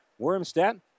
Wormstead